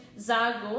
Zago